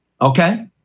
okay